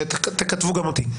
שתכתבו גם אותי.